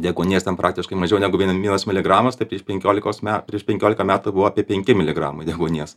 deguonies ten praktiškai mažiau negu vien vienas miligramas tai prieš penkiolikos me prie penkiolika metų buvo apie penki miligramai deguonies